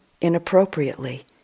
inappropriately